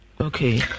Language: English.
Okay